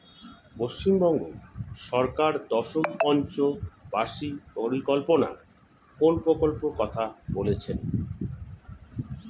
পশ্চিমবঙ্গ সরকার দশম পঞ্চ বার্ষিক পরিকল্পনা কোন প্রকল্প কথা বলেছেন?